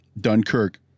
Dunkirk